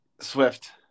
Swift